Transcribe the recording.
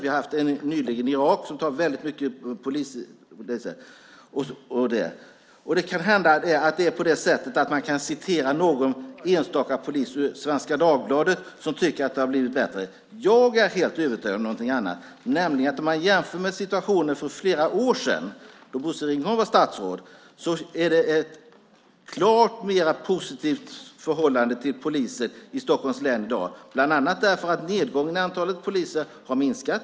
Vi hade nyligen en om Irak som tog många poliser i anspråk. Det är möjligt att man kan citera någon enstaka polis som har uttalat sig i Svenska Dagbladet och som inte tycker att det har blivit bättre. Jag är helt övertygad om någonting annat, nämligen att om man jämför med situationen för flera år sedan, då Bosse Ringholm var statsråd, är det ett klart mer positivt förhållande till poliser i Stockholms län i dag, bland annat därför att nedgången av antalet poliser har minskat.